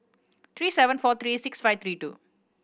three seven four three six five three two